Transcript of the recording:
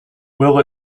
will